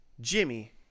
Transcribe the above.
Jimmy